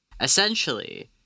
Essentially